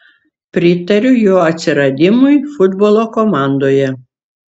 pritariu jo atsiradimui futbolo komandoje